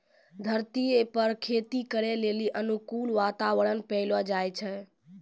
धरतीये पर खेती करै लेली अनुकूल वातावरण पैलो जाय छै